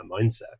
mindset